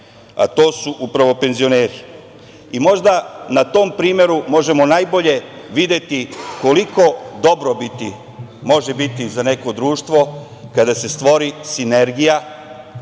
a to su upravo penzioneri. Možda na tom primeru možemo najbolje videti koliko dobrobiti može biti za neko društvo kada se stvori sinergija